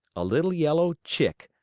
a little yellow chick,